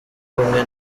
rumwe